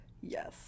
Yes